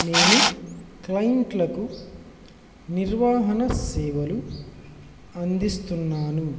నేను క్లైంట్లకు నిర్వహణ సేవలు అందిస్తున్నాను